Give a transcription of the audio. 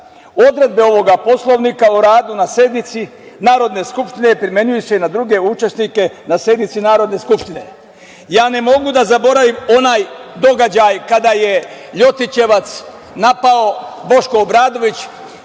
odredbe ovog Poslovnika o radu na sednici Narodne skupštine primenjuju se na druge učesnike na sednici Narodne skupštine. Ne mogu da zaboravim onaj događaj kada je Ljotićevac napao, Boško Obradović,